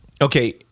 Okay